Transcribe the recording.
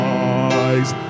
eyes